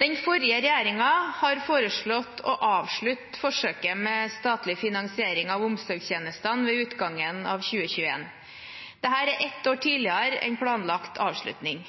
Den forrige regjeringen har foreslått å avslutte forsøket med statlig finansiering av omsorgstjenestene ved utgangen av 2021. Dette er ett år tidligere enn planlagt avslutning.